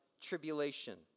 tribulation